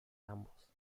ambos